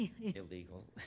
illegal